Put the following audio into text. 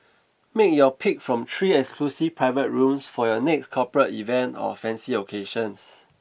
make your pick from three exclusive private rooms for your next corporate event or fancy occasions